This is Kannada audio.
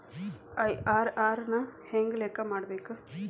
ಐ.ಆರ್.ಆರ್ ನ ಹೆಂಗ ಲೆಕ್ಕ ಮಾಡಬೇಕ?